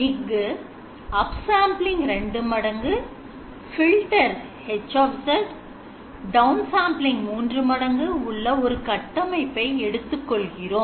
இங்கு upsampling 2 மடங்கு filter H downsampling 3 மடங்கு உள்ள ஒரு கட்டமைப்பை எடுத்துக் கொள்கிறோம்